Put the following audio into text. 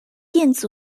电子